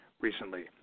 recently